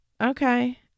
Okay